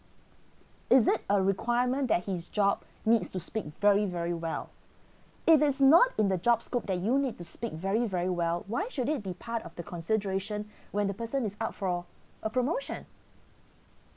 is it a requirement that his job needs to speak very very well if it's not in the job scope there you need to speak very very well why should it be part of the consideration when the person is up for a promotion